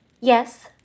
Yes